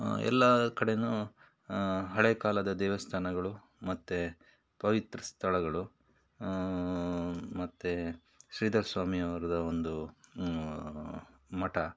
ಎಲ್ಲ ಕಡೆನು ಹಳೆಕಾಲದ ದೇವಸ್ಥಾನಗಳು ಮತ್ತು ಪವಿತ್ರ ಸ್ಥಳಗಳು ಮತ್ತು ಶ್ರೀಧರ್ ಸ್ವಾಮಿಯವ್ರದ ಒಂದು ಮಠ